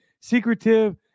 secretive